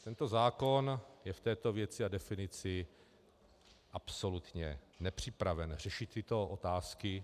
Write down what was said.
Tento zákon je v této věci a definici absolutně nepřipraven řešit tyto otázky.